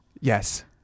Yes